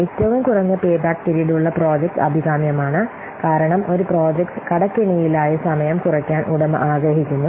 ഏറ്റവും കുറഞ്ഞ pay back period ഉള്ള പ്രോജക്റ്റ് അഭികാമ്യമാണ് കാരണം ഒരു പ്രോജക്റ്റ് കടക്കെണിയിലായ സമയം കുറയ്ക്കാൻ ഉടമ ആഗ്രഹിക്കുന്നു